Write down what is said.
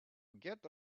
get